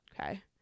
Okay